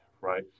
right